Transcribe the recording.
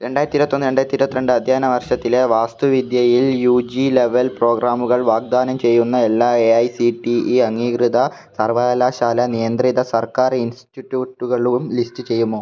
രണ്ടായിരത്തി ഇരുപത്തൊന്ന് രണ്ടായിരത്തി ഇരുപത്തിരണ്ട് അധ്യയന വർഷത്തിലെ വാസ്തു വിദ്യയിൽ യു ജി ലെവൽ പ്രോഗ്രാമുകൾ വാഗ്ദാനം ചെയ്യുന്ന എല്ലാ A I C T E അംഗീകൃത സർവകലാശാല നിയന്ത്രിത സർക്കാർ ഇൻസ്റ്റിട്യൂട്ടുകളും ലിസ്റ്റ് ചെയ്യുമോ